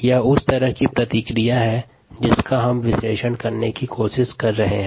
यहाँ हम इस तरह की प्रतिक्रिया का विश्लेषण करने की कोशिश कर रहे है